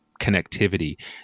connectivity